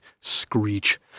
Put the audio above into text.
screech